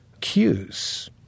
cues